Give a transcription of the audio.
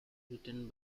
written